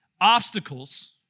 obstacles